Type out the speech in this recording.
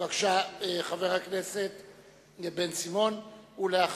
חבר הכנסת בן-סימון, בבקשה.